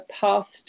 past